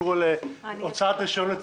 עוד לא הגענו לזה.